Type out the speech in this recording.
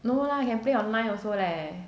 no lah you can play online also leh